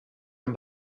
amb